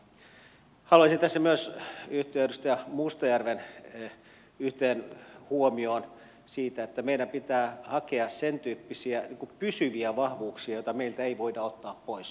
haluaisin tässä myös yhtyä edustaja mustajärven yhteen huomioon huomioon siitä että meidän pitää hakea sen tyyppisiä pysyviä vahvuuksia ettei niitä voi ottaa meiltä pois